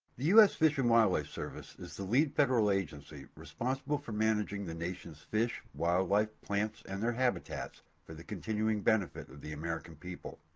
fish and wildlife service is the lead federal agency responsible for managing the nation's fish, wildlife, plants and their habitats for the continuing benefit of the american people.